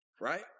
right